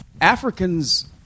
Africans